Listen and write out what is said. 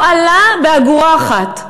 לא עלה באגורה אחת?